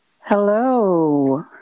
Hello